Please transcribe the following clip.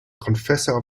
confessor